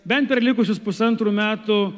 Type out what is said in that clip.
bent per likusius pusantrų metų